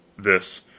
this!